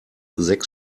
sechs